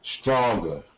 stronger